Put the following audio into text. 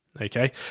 okay